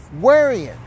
worrying